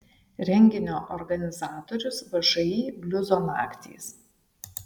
renginio organizatorius všį bliuzo naktys